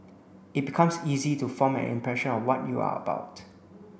it becomes easy to form an impression of what you are about